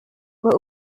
were